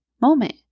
moment